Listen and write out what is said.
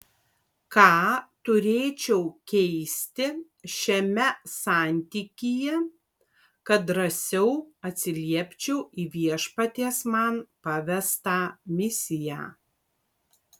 ką turėčiau keisti šiame santykyje kad drąsiau atsiliepčiau į viešpaties man pavestą misiją